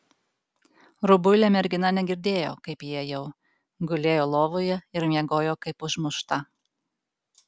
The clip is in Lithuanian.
rubuilė mergina negirdėjo kaip įėjau gulėjo lovoje ir miegojo kaip užmušta